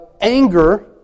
anger